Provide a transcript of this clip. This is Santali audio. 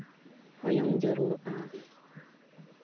ᱦᱚᱭᱚᱝ ᱡᱟᱹᱨᱩᱲᱚᱜᱼᱟ